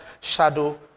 shadow